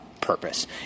purpose